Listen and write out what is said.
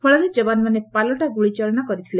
ଫଳରେ ଜବାନମାନେ ପାଲଟା ଗୁଳିଚାଳନା କରିଥିଲେ